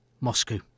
Moscow